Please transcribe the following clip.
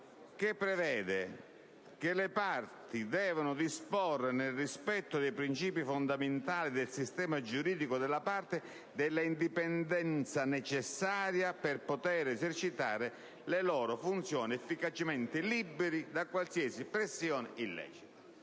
prevede che le parti devono disporre, nel rispetto dei principi fondamentali del sistema giuridico della parte, dell'indipendenza necessaria per poter esercitare le loro funzioni efficacemente liberi da qualsiasi pressione illecita.